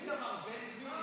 גם הרבה מאוד